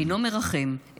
אינו מרחם,